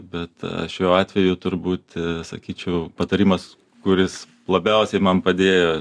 bet šiuo atveju turbūt sakyčiau patarimas kuris labiausiai man padėjo